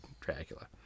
Dracula